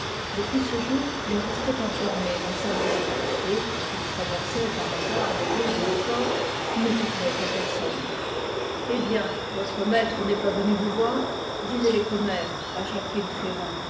depuis ce jour il restait enfermé dans sa maison et quand il traversait par hasard les rues de hautfort il ne parlait à personne eh bien votre maître n'est pas venu vous voir disaient les commères à jacquine